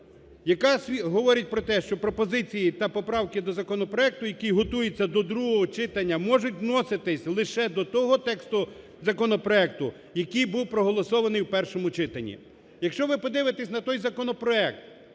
яка говорить про те, що пропозиції та поправки до законопроекту, який готується до другого читання, можуть вноситись лише до того тексту законопроекту, який був проголосований в першому читанні. Якщо ви подивитесь на той законопроект,